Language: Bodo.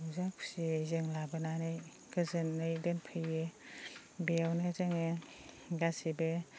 रंजा खुसियै जों लाबोनानै गोजोनै दोनफैयो बेयावनो जोङो गासैबो